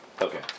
Okay